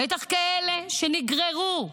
בטח כאלה שנגררו פצועים,